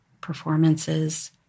performances